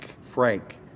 Frank